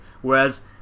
whereas